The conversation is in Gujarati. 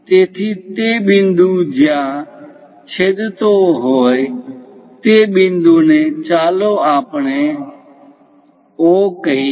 તેથી તે બિંદુ જ્યાં છેદતો હોય તે બિંદુ ને ચાલો આપણે O કહીએ